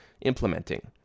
implementing